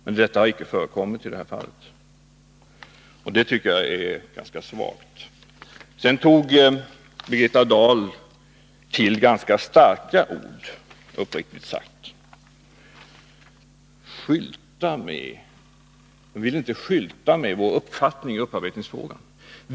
Men det har inte skett i detta fall, vilket jag tycker är ganska svagt. Birgitta Dahl tog uppriktigt sagt till ganska starka ord i sitt senaste inlägg. Vi ville inte ”skylta med” vår uppfattning i upparbetningsfrågan, påstod hon.